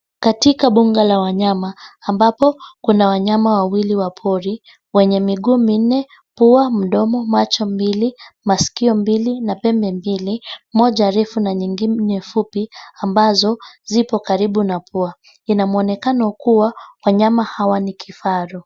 Katika bunga la wanyama ambapo kuna wanyama wawili wa pori wenye miguu minne, pua, mdomo, macho mbili, maskio mbili na pembe mbili moja refu na nyingine fupi ambazo zipo karibu na pua. Ina muonekano kua wanyama hawa ni kifaru.